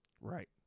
Right